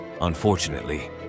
Unfortunately